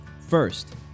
First